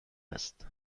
است